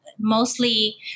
mostly